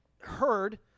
heard